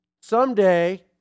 someday